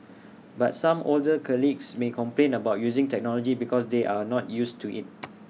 but some older colleagues may complain about using technology because they are not used to IT